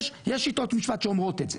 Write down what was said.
יש שיטות משפט שאומרות את זה,